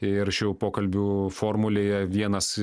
ir šių pokalbių formulėje vienas